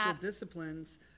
disciplines